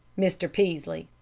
mr. peaslee,